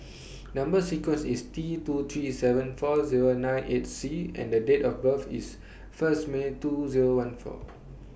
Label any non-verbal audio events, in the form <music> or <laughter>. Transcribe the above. <noise> Number sequence IS T two three seven four Zero nine eight C and The Date of birth IS First May two Zero one four